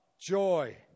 joy